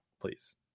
please